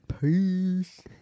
Peace